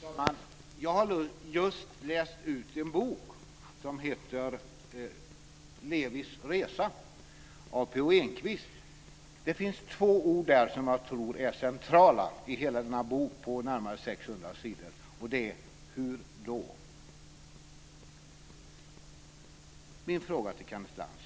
Fru talman! Jag har just läst ut en bok som heter Lewis resa av P O Enquist. Det finns två ord i den som jag tror är centrala i hela denna bok på närmare 600 sidor och det är "hur då". Min fråga till Kenneth Lantz